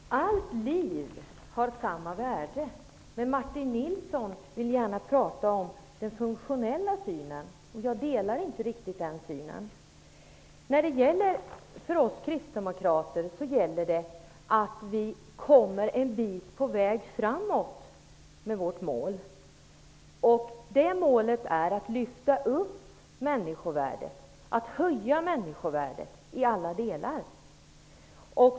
Herr talman! Allt liv har samma värde. Martin Nilsson vill gärna prata om den funktionella synen på livet, och jag delar inte riktigt den synen. För oss kristdemokrater gäller det att komma en bit på vägen mot vårt mål. Målet är att höja människovärdet i alla delar.